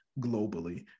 globally